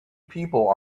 people